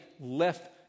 left